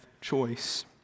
choice